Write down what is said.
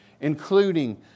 including